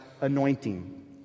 anointing